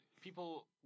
people